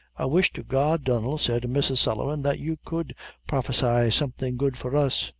i wish to god, donnel, said mrs. sullivan, that you could prophesize something good for us.